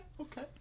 okay